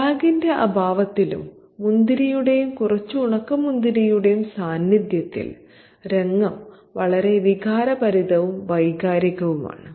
ബാഗിന്റെ അഭാവത്തിലും മുന്തിരിയുടെയും കുറച്ച് ഉണക്കമുന്തിരിയുടെയും സാന്നിധ്യത്തിൽ രംഗം വളരെ വികാരഭരിതവും വൈകാരികവുമാണ്